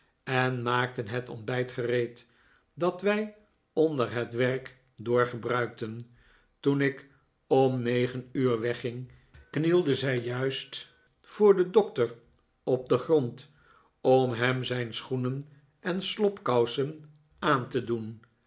en maakte het ontbijt gereed dat wij onder het werk door gebruikten toen ik om negen uur wegging knielde zij juist voor den doctor op den grond om hem zijn schoenen en slobkousen aan te doen